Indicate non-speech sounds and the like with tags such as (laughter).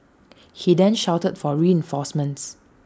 (noise) he then shouted for reinforcements